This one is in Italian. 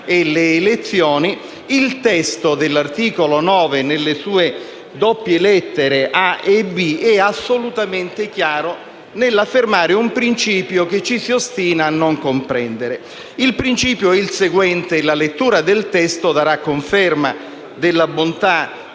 delle elezioni e delle immunità parlamentari, nelle sue doppie lettere *a)* e *b)* è assolutamente chiaro nell'affermare un principio che ci si ostina a non comprendere. Il principio è il seguente e la lettura del testo darà conferma della bontà